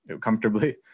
comfortably